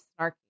snarky